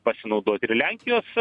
pasinaudot ir lenkijos